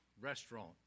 Restaurant